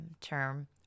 term